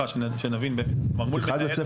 כנגד מי?